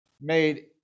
made